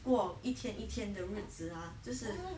过一天一天的日子 ah 就是